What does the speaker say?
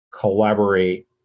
collaborate